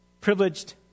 privileged